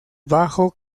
bajo